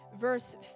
verse